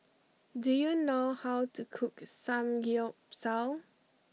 do you know how to cook Samgyeopsal